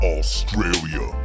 Australia